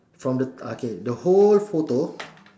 from the ah K the whole photo